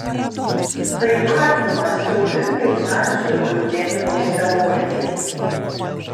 tai artima siaubingai nacių eugenikos teorijai